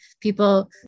people